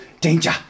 Danger